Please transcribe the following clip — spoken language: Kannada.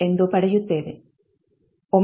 5 ಎಂದು ಪಡೆಯುತ್ತೇವೆ